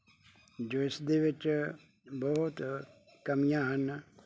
ਜਿਸ ਦੇ ਵਿੱਚ ਬਹੁਤ ਕਮੀਆਂ ਹਨ